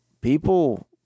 People